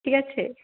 ঠিক আছে